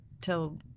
till